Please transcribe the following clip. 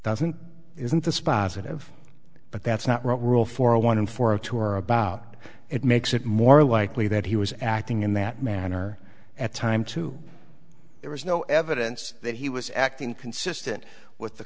doesn't isn't the spotted of but that's not right rule for a one for a tour about it makes it more likely that he was acting in that manner at time too there was no evidence that he was acting consistent with the